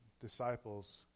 disciples